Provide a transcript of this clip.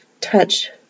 touch